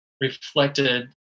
reflected